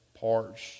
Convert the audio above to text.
parts